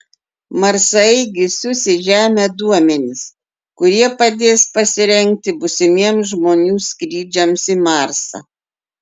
marsaeigis siųs į žemę duomenis kurie padės pasirengti būsimiems žmonių skrydžiams į marsą